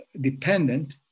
dependent